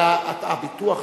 אבל הביטוח,